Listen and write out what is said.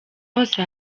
hose